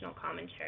commentary